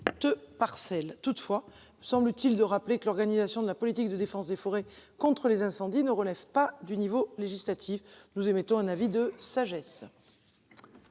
toutefois semble-t-il de rappeler que l'organisation de la politique de défense des forêts contre les incendies ne relève pas du niveau législatif nous émettons un avis de sagesse.